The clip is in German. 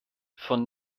von